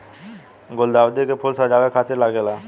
गुलदाउदी के फूल सजावे खातिर लागेला